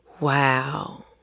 wow